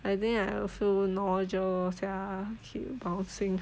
I mean I also nausea sia keep bouncing